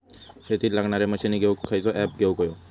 शेतीक लागणारे मशीनी घेवक खयचो ऍप घेवक होयो?